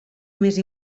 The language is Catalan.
més